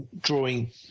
drawing